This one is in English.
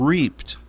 Reaped